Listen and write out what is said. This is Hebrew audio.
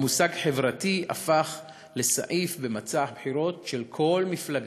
והמושג "חברתי" הפך לסעיף במצע הבחירות של כל מפלגה.